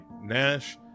nash